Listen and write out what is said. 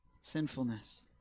sinfulness